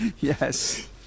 yes